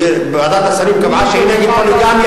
ועדת השרים קבעה שהיא גם נגד פוליגמיה.